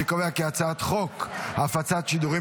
אני קובע כי הצעת חוק הפצת שידורים